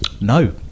No